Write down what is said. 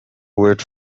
wait